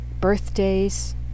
birthdays